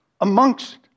amongst